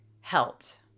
helped